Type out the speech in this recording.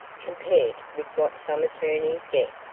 compared with what some attorneys get.